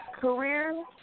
career